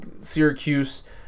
Syracuse